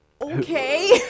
Okay